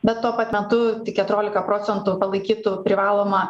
bet tuo pat metu tik keturiolika procentų palaikytų privalomą